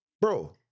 Bro